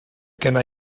gen